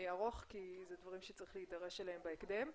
ארוך כי אלה דברים שצריך להידרש אליהם בהקדם.